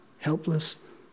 helpless